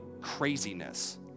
craziness